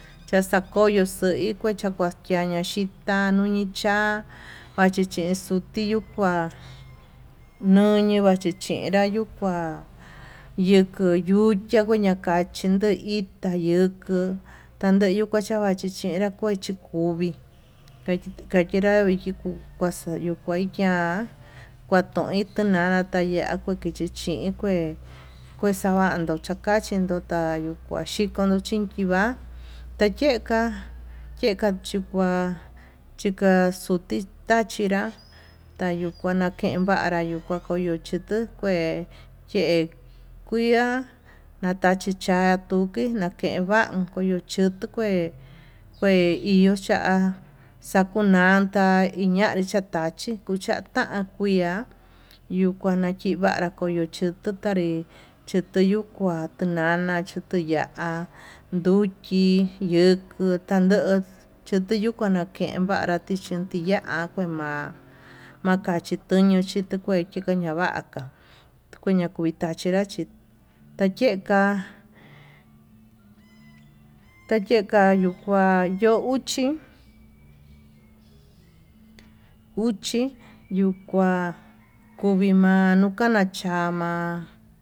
Chaxakoyo xo'i tachakoyo xhitá nuñi cha'a maxukue tutiyu kuá nuñi vachichinra yuu kuá yeko yuchia kuu nakachin ndó ita yuku tayendu kuu takua chikenra yinka kuvii kayenra kuaxayu kua ya'a kuaton tunana kua ya'a kuachechi chin, kue kuexavando kuu chachi yuu tanyuu kuxhikono chinki va'a tayeka keka chuu kua, chika xuti tachinrá tayukua naken vanra tayuu chitu kué che'e kuia nachati chatuu nduki yakien va'a chutu kue kue iho chaá xakuñanda iñanri xakuachi chatan kuiá yukuana kivanra, yuu chutu tanrí chiteyu kua tunana tuya'a nduchí yuku tando chutu yandan ken ivanra chinti tiyaka ma'a kachi tuñu chitukua chikaña vaka kuña kuchatinra chí tayeka tayeka yuu kua yo'ó uchi uchi yuu kuá kuvimanu yuka ña'a chama'a.